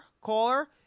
Caller